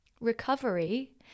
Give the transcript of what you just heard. Recovery